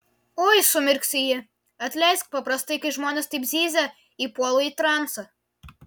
oi sumirksi ji atleisk paprastai kai žmonės taip zyzia įpuolu į transą